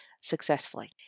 successfully